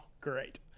Great